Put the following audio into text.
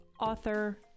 author